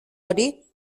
hori